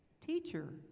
Teacher